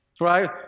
right